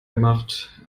gemacht